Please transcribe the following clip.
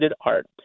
art